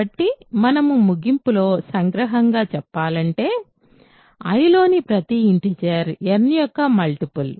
కాబట్టి మనము ముగింపులో సంగ్రహంగా చెప్పాలంటే I లోని ప్రతి ఇంటిజర్ n యొక్క మల్టిపుల్